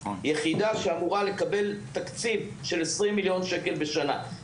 היחידה אמורה לקבל תקציב של 20 מיליון שקל בשנה.